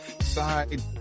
side